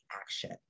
action